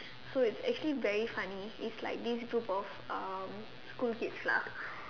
so it's actually very funny it's like this group of um school kids lah